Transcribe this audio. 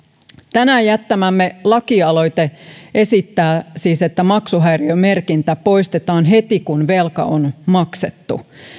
tänään jättämämme lakialoite esittää siis että maksuhäiriömerkintä poistetaan heti kun velka on maksettu